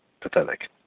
pathetic